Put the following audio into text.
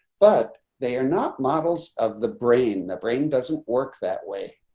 but they are not models of the brain, the brain doesn't work that way.